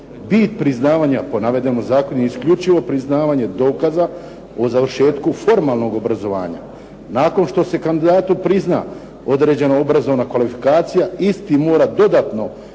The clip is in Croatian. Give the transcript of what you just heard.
Bit priznavanja po navedenom zakonu je isključivo priznavanje dokaza o završetku formalnog obrazovanja. Nakon što se kandidatu prizna određena obrazovna kvalifikacija isti mora dodatno od